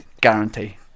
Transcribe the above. guarantee